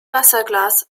wasserglas